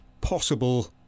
possible